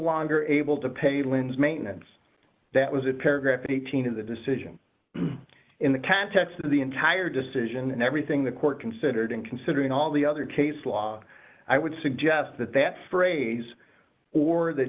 longer able to pay lin's maintenance that was a paragraph eighteen of the decision in the context of the entire decision and everything the court considered and considering all the other case law i would suggest that that phrase or th